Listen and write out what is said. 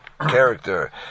character